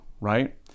right